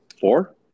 four